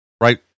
right